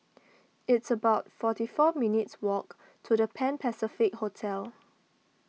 it's about forty four minutes' walk to the Pan Pacific Hotel